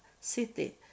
city